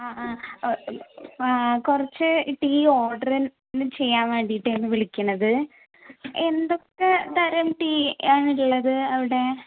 ആ ആ കുറച്ച് ടീ ഓർഡർ ചെയ്യാൻ വേണ്ടിയിട്ടാണ് വിളിക്കുന്നത് എന്തൊക്കെ തരം ടീ ആണുള്ളത് അവിടെ